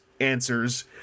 answers